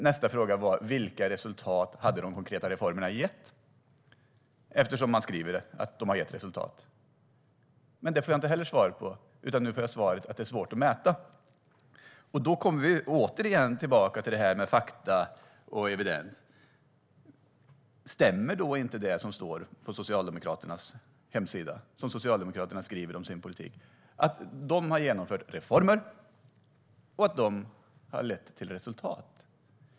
Nästa fråga var vilka resultat de konkreta reformerna gett, eftersom man skriver att de har gett resultat. Det får jag inte heller något svar på, utan nu får jag svaret att det är svårt att mäta. Då kommer vi återigen tillbaka till det här med fakta och evidens. Stämmer alltså inte det som står på Socialdemokraternas hemsida som de skriver om sin politik, det vill säga att de har genomfört reformer och att dessa reformer har lett till resultat?